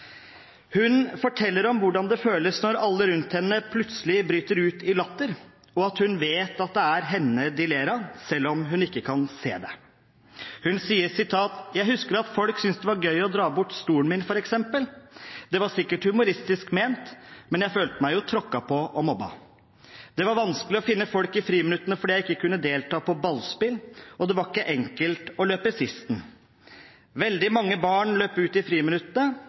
Hun forteller om hvordan det føles når alle rundt henne plutselig bryter ut i latter, og at hun vet at det er henne de ler av, selv om hun ikke kan se det. Hun sier: «Jeg husker at folk syntes det var gøy å ta bort stolen min for eksempel. Det var sikkert humoristisk ment, men jeg følte meg jo tråkka på, og mobba». Og videre: «Det var vanskelig å finne folk i friminuttene fordi jeg ikke kunne delta på ballspill, og det var ikke like enkelt å løpe sisten. Veldig mange bare løp ut i